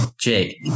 jake